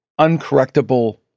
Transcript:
uncorrectable